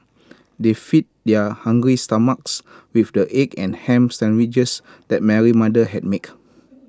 they fed their hungry stomachs with the egg and Ham Sandwiches that Mary's mother had make